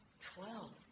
Twelve